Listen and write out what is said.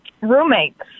roommates